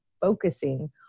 focusing